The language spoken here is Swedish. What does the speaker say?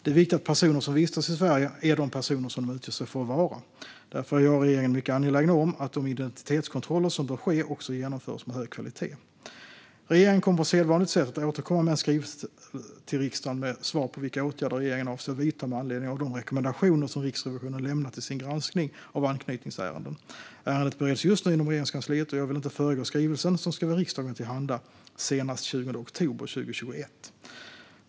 Det är viktigt att personer som vistas i Sverige är de personer som de utger sig för att vara. Därför är jag och regeringen mycket angelägna om att de identitetskontroller som bör ske också genomförs med hög kvalitet. Regeringen kommer på sedvanligt sätt att återkomma med en skrivelse till riksdagen med svar på vilka åtgärder regeringen avser att vidta med anledning av de rekommendationer Riksrevisionen lämnat i sin granskning av anknytningsärenden. Ärendet bereds just nu inom Regeringskansliet, och jag vill inte föregå skrivelsen som ska vara riksdagen till handa senast den 20 oktober 2021.